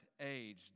age